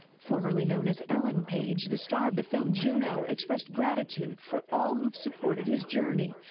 formerly known as ellen page, the star of the film juno expressed gratitude for all who've supported his journey.